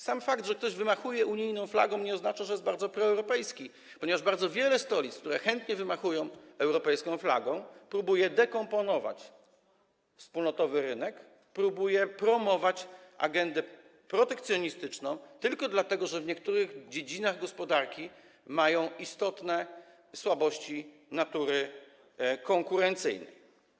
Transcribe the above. Sam fakt, że ktoś wymachuje unijną flagą, nie oznacza, że jest bardzo proeuropejski, ponieważ bardzo wiele stolic, które chętnie wymachują europejską flagą, próbuje dekomponować wspólnotowy rynek, próbuje promować agendę protekcjonistyczną tylko dlatego, że w niektórych dziedzinach gospodarki mają istotne słabości natury konkurencyjnej.